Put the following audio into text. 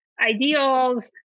ideals